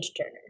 turner